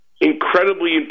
incredibly